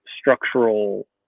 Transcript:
structural